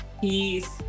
Peace